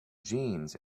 jeans